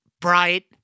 bright